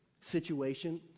situation